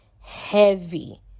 heavy